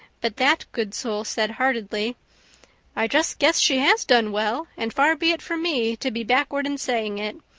but that good soul said heartily i just guess she has done well, and far be it from me to be backward in saying it.